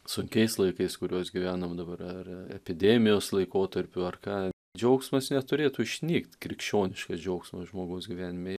sunkiais laikais kuriuos gyvenom dabar ar epidemijos laikotarpiu ar ką džiaugsmas neturėtų išnykt krikščioniškas džiaugsmas žmogaus gyvenime